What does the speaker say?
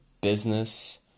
business